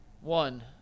One